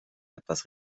etwas